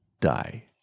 die